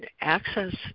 access